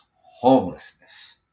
homelessness